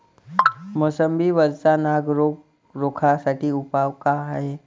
मोसंबी वरचा नाग रोग रोखा साठी उपाव का हाये?